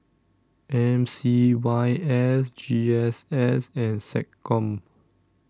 M C Y S G S S and Seccom